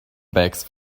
bags